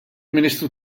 ministru